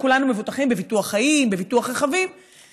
לפני כמעט חצי שנה פניתי לשר הרווחה ולשר